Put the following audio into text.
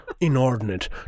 inordinate